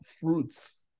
fruits